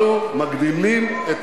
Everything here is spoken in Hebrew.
לא עשית כלום שנתיים, אז יש פער.